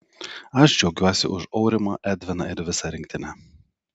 aš džiaugiuosi už aurimą edviną ir visą rinktinę